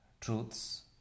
truths